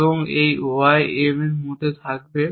এবং এই y M এর মধ্যে থাকবে